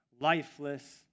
lifeless